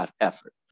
effort